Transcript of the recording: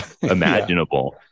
imaginable